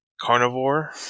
carnivore